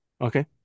Okay